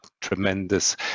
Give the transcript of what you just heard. tremendous